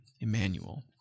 Emmanuel